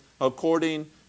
according